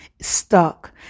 stuck